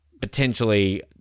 potentially